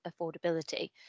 affordability